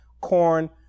corn